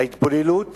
ההתבוללות